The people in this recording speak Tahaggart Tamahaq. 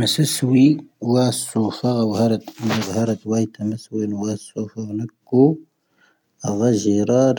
ⵎⵙⴰⵙⵡⴻⴻ ⵡⴰⵙⵡⵓⴼⴰ ⵡⴰ ⵀⴰⵔⴻⵜ ⵡⴰ ⵉⵜⴰ ⵎⵙⵡⴻⴻ ⵡⴰⵙⵡⵓⴼⴰ ⵡⴰ ⵏⴰⴽⴽo. ⴰⵣⴰ ⵊⵉⵔⴰⴷ ⴳⴰⵡⴻⵍⴻ